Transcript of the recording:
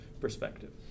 perspective